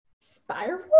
Spiral